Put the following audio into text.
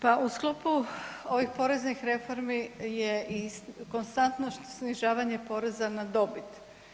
Pa u sklopu ovih poreznih reformi je i konstantno snižavanje poreza na dobit.